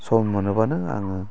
सम मोनोब्लानो आङो